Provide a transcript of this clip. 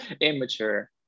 immature